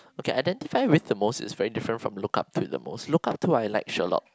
okay identify with the most is very different from look up to the most look up to I like Sherlock